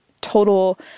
total